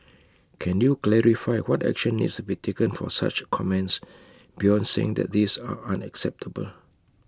can you clarify what action needs to be taken for such comments beyond saying that these are unacceptable